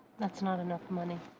that's not enough money.